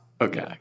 Okay